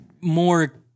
more